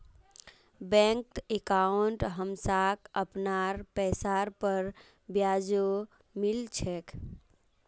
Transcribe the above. बैंकत अंकाउट हमसाक अपनार पैसार पर ब्याजो मिल छेक